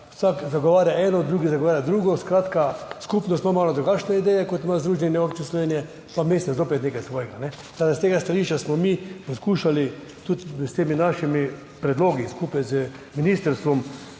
eden zagovarja eno, drugi zagovarja drugo, skratka, skupnost ima malo drugačne ideje, kot ima Združenje občin Slovenije, pa mestne zopet nekaj svojega. Tako da s tega stališča smo mi poskušali tudi s temi svojimi predlogi skupaj z ministrstvom